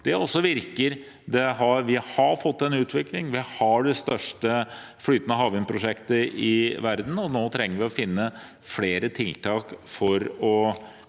også virker. Vi har fått en utvikling, vi har det største flytende havvindprosjektet i verden, og nå trenger vi å finne flere tiltak for å